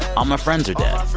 all my friends are dead,